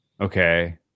okay